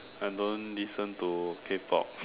I don't listen to K-pop